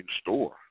store